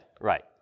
Right